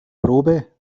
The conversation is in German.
probe